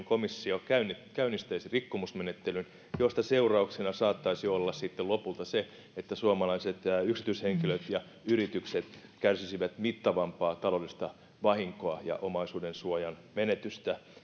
komissio käynnistäisi rikkomusmenettelyn josta seurauksena saattaisi olla sitten lopulta se että suomalaiset yksityishenkilöt ja yritykset kärsisivät mittavampaa taloudellista vahinkoa ja omaisuuden menetystä